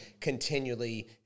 continually